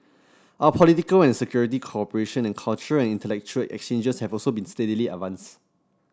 our political and security cooperation and cultural and intellectual exchanges have also been steadily advanced